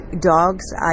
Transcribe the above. dogs